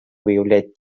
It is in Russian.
выявлять